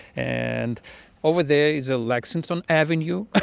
and over there is a lexington avenue. and.